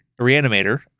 Reanimator